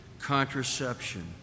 contraception